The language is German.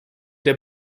der